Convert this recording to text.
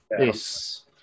Yes